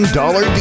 dollar